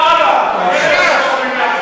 אתכם.